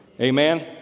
Amen